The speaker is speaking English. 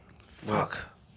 Fuck